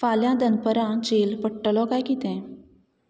फाल्यां दनपरां झेल पट्टलो काय कितें